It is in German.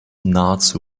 nahezu